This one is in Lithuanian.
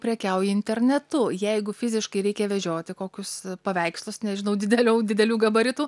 prekiauji internetu jeigu fiziškai reikia vežioti kokius paveikslus nežinau dideliau didelių gabaritų